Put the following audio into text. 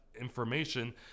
information